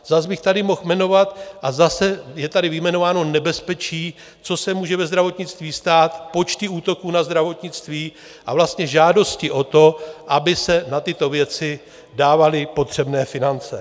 Zas bych tady mohl jmenovat a zase je tady vyjmenováno nebezpečí, co se může ve zdravotnictví stát, počty útoků na zdravotnictví a vlastně žádosti o to, aby se na tyto věci dávaly potřebné finance.